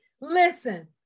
listen